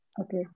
Okay